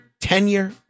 tenure